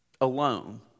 alone